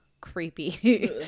creepy